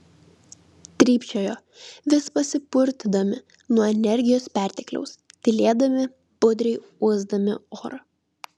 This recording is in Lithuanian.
trypčiojo vis pasipurtydami nuo energijos pertekliaus tylėdami budriai uosdami orą